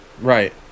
Right